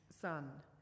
son